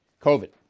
COVID